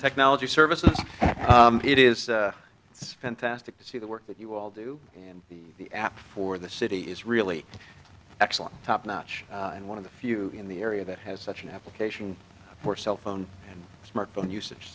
technology services it is it's fantastic to see the work that you all do and the apps for the city is really excellent top notch and one of the few in the area that has such an application for cell phone smartphone usage